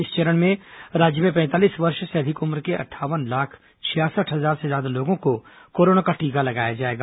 इस चरण में राज्य में पैंतालीस वर्ष से अधिक उम्र के अंठावन लाख छियासठ हजार से ज्यादा लोगों को कोरोना का टीका लगाया जाएगा